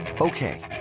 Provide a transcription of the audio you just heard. Okay